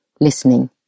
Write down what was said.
listening